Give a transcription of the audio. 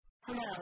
Hello